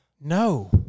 no